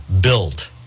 build